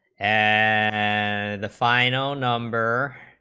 and the final number